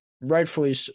Rightfully